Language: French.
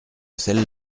celle